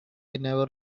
never